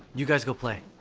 you guys go play!